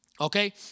Okay